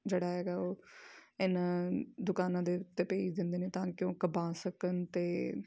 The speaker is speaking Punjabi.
ਜਿਹੜਾ ਹੈਗਾ ਉਹ ਇਹਨਾਂ ਦੁਕਾਨਾਂ ਦੇ ਉੱਤੇ ਭੇਜ ਦਿੰਦੇ ਨੇ ਤਾਂ ਕਿ ਉਹ ਕਮਾ ਸਕਣ ਅਤੇ